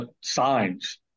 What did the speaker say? signs